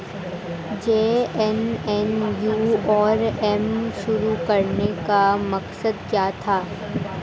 JNNURM शुरू करने का मकसद क्या था?